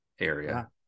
area